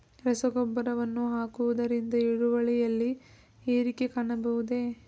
ರಸಗೊಬ್ಬರವನ್ನು ಹಾಕುವುದರಿಂದ ಇಳುವರಿಯಲ್ಲಿ ಏರಿಕೆ ಕಾಣಬಹುದೇ?